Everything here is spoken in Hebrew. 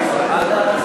בישראל?